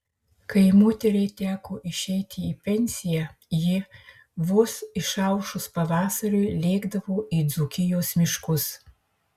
kai moteriai teko išeiti į pensiją ji vos išaušus pavasariui lėkdavo į dzūkijos miškus